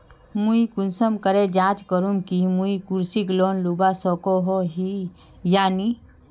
मुई कुंसम करे जाँच करूम की मुई कृषि लोन लुबा सकोहो ही या नी?